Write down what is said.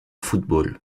football